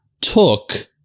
took